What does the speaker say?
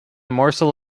morsel